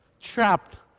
trapped